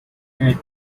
and